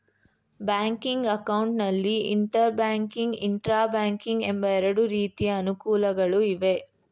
banking account ನಲ್ಲಿ inter banking, intra banking ಎಂಬ ಎರಡು ರೀತಿಯ ಅನುಕೂಲಗಳು ಇವೆ